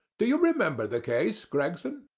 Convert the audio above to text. do you remember the case, gregson?